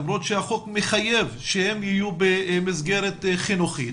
למרות שהחוק מחייב שהם יהיו במסגרת חינוכית,